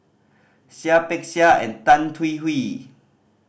Seah Peck Seah and Tan Hwee Hwee